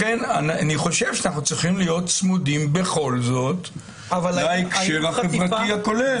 לכן אני חושב שאנחנו צריכים להיות צמודים בכל זאת להקשר החברתי הכולל.